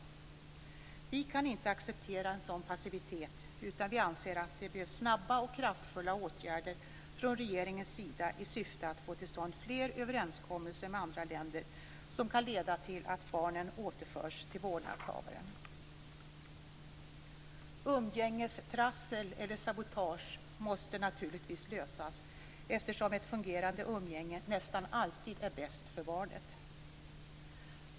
Vi kan inte acceptera sådan passivitet utan anser att det behövs snabba och kraftfulla åtgärder från regeringens sida för att få till stånd fler överenskommelser med andra länder som kan leda till att barnet återförs till vårdnadshavaren. Problem med umgängestrassel eller umgängessabotage måste naturligtvis lösas, eftersom ett fungerande umgänge nästan alltid är bäst för barnet.